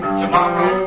tomorrow